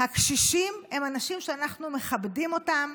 הקשישים, הם אנשים שאנחנו מכבדים אותם,